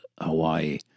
Hawaii